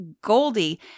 Goldie